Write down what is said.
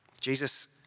Jesus